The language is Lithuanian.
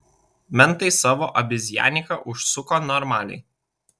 mentai savo abizjaniką užsuko normaliai